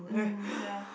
mm yeah